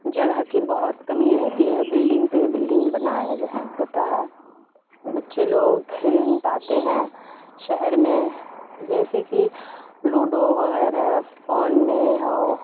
جگہ کی بہت کمی رہتی ہے بلڈنگ پہ بلڈنگ بنائے ہوتا ہے بچے لوگ کھیل نہیں پاتے ہیں شہر میں جیسے کی لوڈو وغیرہ فون میں ہو